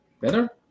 Better